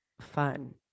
fun